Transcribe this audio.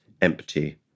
empty